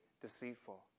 deceitful